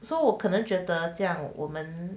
so 我可能觉得这样我们